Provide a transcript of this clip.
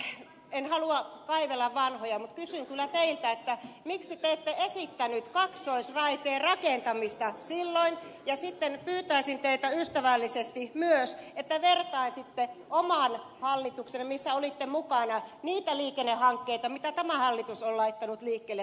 tässä en nyt halua kaivella vanhoja mutta kysyn kyllä teiltä miksi te ette esittänyt kaksoisraiteen rakentamista silloin ja sitten pyytäisin teitä ystävällisesti myös vertaamaan oman hallituksenne missä olitte mukana liikennehankkeita niihin mitä tämä hallitus on laittanut liikkeelle